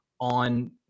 on